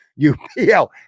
UPL